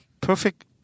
perfect